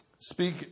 speak